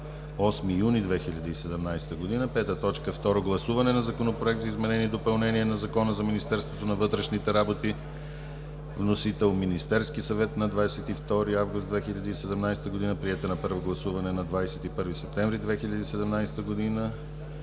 8 юни 2017 г. 5. Второ гласуване на Законопроект за изменение и допълнение на Закона за Министерството на вътрешните работи. Вносител е Министерският съвет на 22 август 2017 г. Приет е на първо гласуване на 21 септември